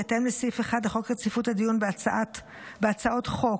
בהתאם לסעיף 1 לחוק רציפות הדיון בהצעות חוק,